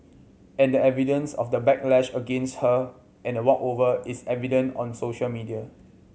and the evidence of the backlash against her and a walkover is evident on social media